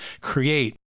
create